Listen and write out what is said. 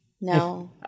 No